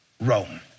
Rome